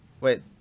wait